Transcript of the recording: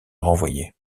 renvoyé